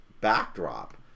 backdrop